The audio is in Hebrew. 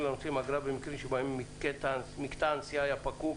לנוסעים אגרה במקרים שבהם מקטע הנסיעה היה פקוק